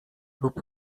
lub